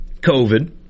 COVID